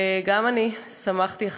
גם אני שמחתי,